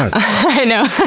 i know!